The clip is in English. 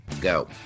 go